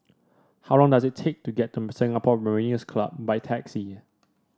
how long does it take to get to Singapore Mariners' Club by taxi